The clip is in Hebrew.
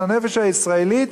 של הנפש הישראלית,